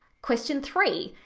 question three,